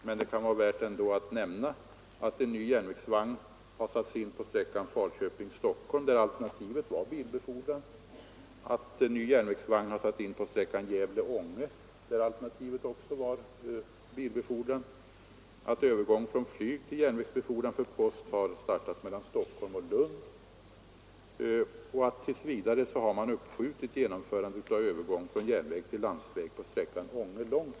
Men det kan ändå vara värt att nämna att en ny järnvägsvagn har satts in på sträckan Falköping— Stockholm, där alternativet var bilbefordran, att en ny järnvägsvagn har satts in på sträckan Gävle—-Ånge, där alternativet också var bilbefordran, att övergång från flygtill järnvägsbefordran för post har startat mellan Stockholm och Lund, och att man tills vidare har uppskjutit genomförandet av övergång från järnväg till landsväg på sträckan Ånge—Långsele.